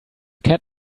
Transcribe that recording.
cat